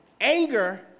Anger